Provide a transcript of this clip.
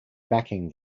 backing